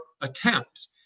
attempts